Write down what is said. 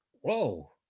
Whoa